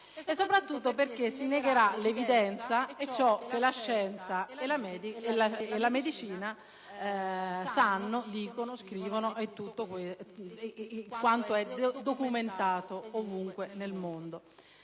e, soprattutto, si negherà l'evidenza e ciò che la scienza e la medicina sanno, dicono e scrivono, secondo quanto è documentato ovunque nel mondo.